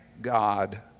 God